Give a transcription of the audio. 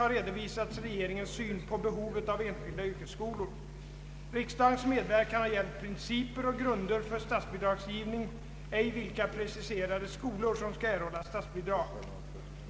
10 s. 221) har redovisats regeringens syn på behovet av enskilda yrkesskolor. Riksdagens medverkan har gällt principer och grunder för statsbidragsgivning, ej vilka preciserade skolor som skall erhålla statsbidrag.